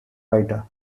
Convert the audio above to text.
writer